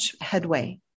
headway